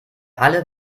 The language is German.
alle